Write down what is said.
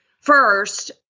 first